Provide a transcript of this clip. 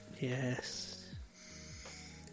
yes